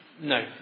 No